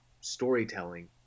storytelling